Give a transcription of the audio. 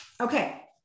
Okay